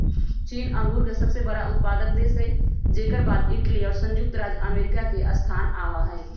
चीन अंगूर के सबसे बड़ा उत्पादक देश हई जेकर बाद इटली और संयुक्त राज्य अमेरिका के स्थान आवा हई